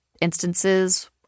instances